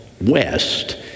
west